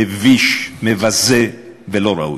מביש, מבזה ולא ראוי.